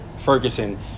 Ferguson